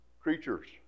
creatures